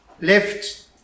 left